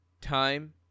time